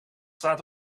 staat